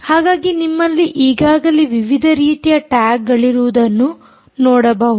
ಹಾಗಾಗಿ ನಿಮ್ಮಲ್ಲಿ ಈಗಾಗಲೇ ವಿವಿಧ ರೀತಿಯ ಟ್ಯಾಗ್ಗಳಿರುವುದನ್ನು ನೋಡಬಹುದು